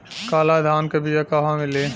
काला धान क बिया कहवा मिली?